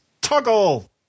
toggle